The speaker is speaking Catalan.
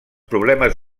problemes